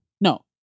No